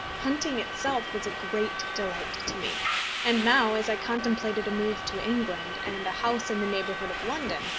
hunting itself was a great delight to me and now, as i contemplated a move to england, and a house in the neighbourhood of london,